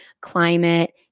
climate